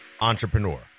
entrepreneur